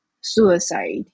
suicide